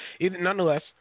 nonetheless